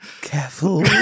careful